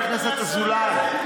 חבר הכנסת אזולאי,